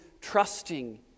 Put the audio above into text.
trusting